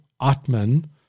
Atman